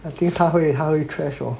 I think 他会他会 trash 我